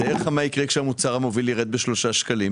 תאר לך מה יקרה כשהמוצר המוביל ירד ב-3 שקלים.